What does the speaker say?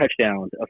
touchdowns